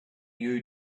you